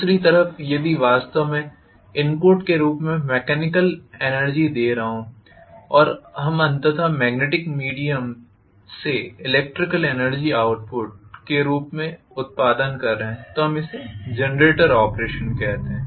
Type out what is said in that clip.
दूसरी तरफ यदि मैं वास्तव में इनपुट के रूप में मेकेनिकल एनर्जी दे रहा हूं और हम अंततः मेग्नेटिक मीडियम से इलेक्ट्रिकल एनर्जी आउटपुट के रूप में उत्पादन करने जा रहे हैं तो हम इसे जनरेटर ऑपरेशन कहते हैं